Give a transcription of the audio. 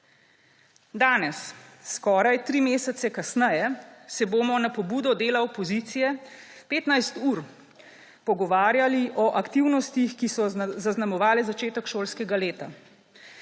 Danes, skoraj tri mesece kasneje, se bomo na pobudo dela opozicije 15 ur pogovarjali o aktivnostih, ki so zaznamovale začetek šolskega leta,